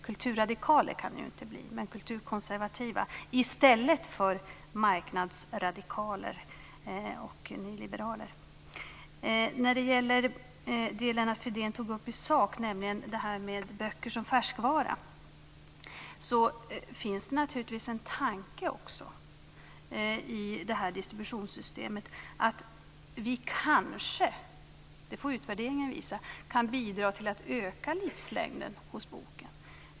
Kulturradikaler kan ni ju inte bli. Men ni kan vara kulturkonservativa i stället för marknadsradikaler och nyliberaler. När det gäller det som Lennart Fridén tog upp i sak, nämligen det här med böcker som färskvara, finns det naturligtvis en tanke också i det här distributionssystemet. Vi kanske - det får utvärderingen visa - kan bidra till att öka livslängden hos boken.